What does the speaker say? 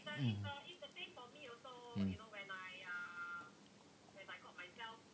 mm mm